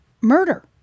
Murder